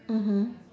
mmhmm